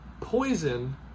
Poison